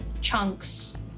chunks